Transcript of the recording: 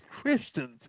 Christians